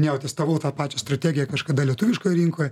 jau testavau tą pačią strategiją kažkada lietuviškoje rinkoje